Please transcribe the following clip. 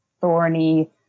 thorny